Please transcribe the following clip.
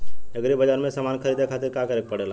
Agri बाज़ार से समान ख़रीदे खातिर का करे के पड़ेला?